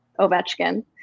Ovechkin